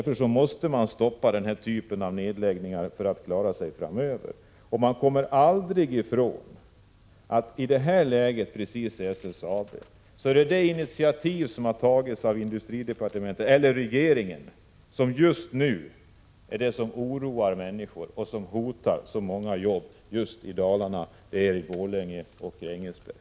För att vi skall klara oss framöver måste man stoppa den här typen av nedläggningar. Det initiativ som nu tagits av industridepartementet och regeringen är det som just nu oroar och som hotar så många jobb just i Dalarna — i Borlänge och Grängesberg.